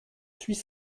suis